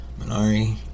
Minari